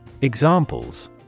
Examples